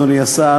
אדוני השר,